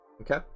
okay